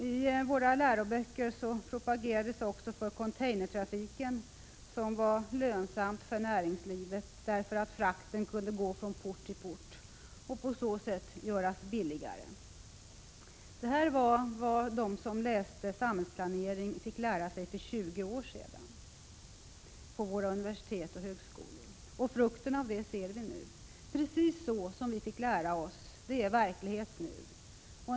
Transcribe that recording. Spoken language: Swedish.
I våra läroböcker propagerades också för containertrafiken som var lönsam för näringslivet därför att frakten kunde gå från port till port och på så sätt göras billigare. Detta var vad de som läste samhällsplanering fick lära sig för 20 år sedan på våra universitet och högskolor. Frukten av det ser vi nu. Precis det som vi fick lära oss är verklighet nu!